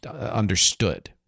understood